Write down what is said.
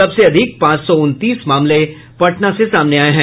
सबसे अधिक पांच सौ उनतीस मामले पटना से सामने आये हैं